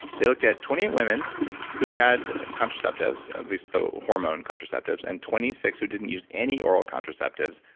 they looked at twenty eight women who had contraceptives, at least the hormone contraceptives, and twenty six who didn't use any oral contraceptives.